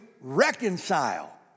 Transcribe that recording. reconcile